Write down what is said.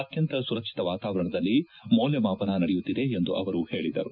ಅತ್ಯಂತ ಸುರಕ್ಷಿತ ವಾತಾವರಣದಲ್ಲಿ ಮೌಲ್ಯಮಾಪನ ನಡೆಯುತ್ತಿದೆ ಎಂದು ಅವರು ಹೇಳಿದರು